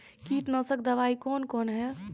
कीटनासक दवाई कौन कौन हैं?